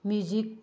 music